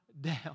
down